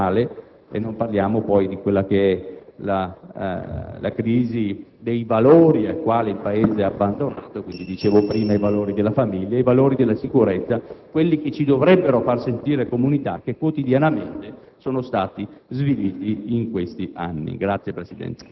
in una situazione di grave crisi economica e sociale. Non parliamo poi della crisi dei valori alla quale il Paese è abbandonato, i valori della famiglia, i valori della sicurezza, quelli che ci dovrebbero far sentire comunità, che quotidianamente